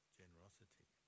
generosity